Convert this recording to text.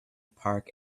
park